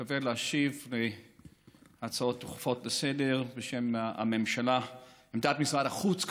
אני מתכבד להשיב על הצעות דחופות לסדר-היום בשם הממשלה: עמדת משרד החוץ,